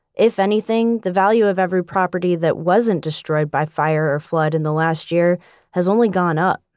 if anything, the value of every property that wasn't destroyed by fire or flood in the last year has only gone up